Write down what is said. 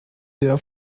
der